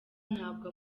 ntabwo